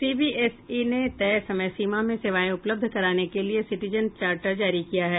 CBSE ने तय समय सीमा में सेवाएं उपलब्ध कराने के लिए सिटीजन चार्टर जारी किया है